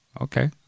Okay